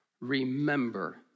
remember